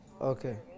Okay